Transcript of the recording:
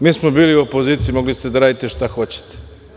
Mi smo bili u opoziciji, mogli ste da radite šta hoćete.